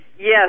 Yes